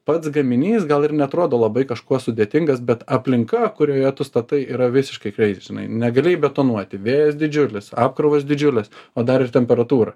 pats gaminys gal ir neatrodo labai kažkuo sudėtingas bet aplinka kurioje tu statai yra visiškai kreizi žinai negali įbetonuoti vėjas didžiulis apkrovos didžiulės o dar ir temperatūra